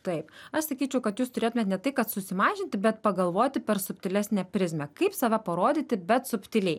taip aš sakyčiau kad jūs turėtumėt ne tai kad susimažinti bet pagalvoti per subtilesnę prizmę kaip save parodyti bet subtiliai